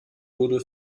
wurde